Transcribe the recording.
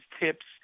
tips